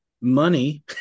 money